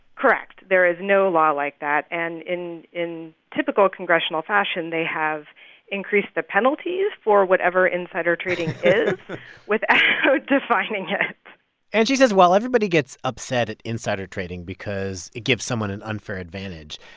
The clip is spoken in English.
correct. there is no law like that. and in in typical congressional fashion, they have increased the penalties for whatever insider trading is without defining and she says while everybody gets upset at insider trading because it gives someone an unfair advantage,